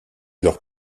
leur